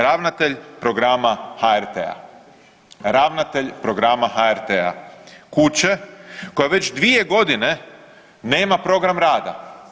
Ravnatelj programa HRT-a, ravnatelj programa HRT-a, kuće koja već 2 godine nema program rada.